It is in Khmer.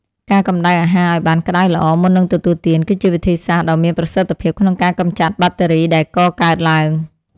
ការកំដៅអាហារឱ្យបានក្តៅល្អមុននឹងទទួលទាន គឺជាវិធីសាស្ត្រដ៏មានប្រសិទ្ធភាពក្នុងការកម្ចាត់បាក់តេរីដែលកកើតឡើង។